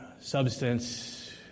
substance